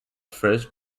first